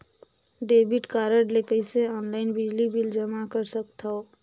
Debit card ले कइसे online बिजली बिल जमा कर सकथव?